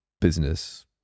business